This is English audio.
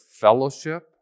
fellowship